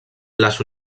les